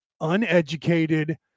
uneducated